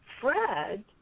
Fred